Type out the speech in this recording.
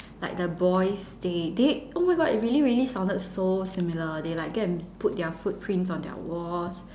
like the boys they they oh my god it really sounded so similar they like go and put their foot prints on their walls